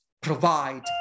provide